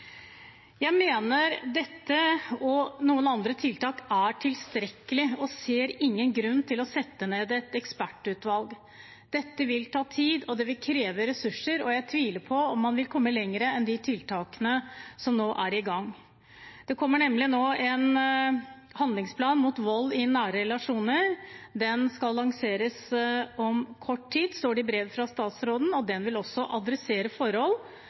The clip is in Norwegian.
Jeg mener at dette og noen andre tiltak er tilstrekkelig, og ser ingen grunn til å sette ned et ekspertutvalg. Det vil ta tid og kreve ressurser, og jeg tviler på om man vil komme lenger enn de tiltakene som nå er i gang. Det kommer nemlig en handlingsplan mot vold i nære relasjoner. Den skal lanseres om kort tid, står det i brevet fra statsråden. Den vil også adressere forhold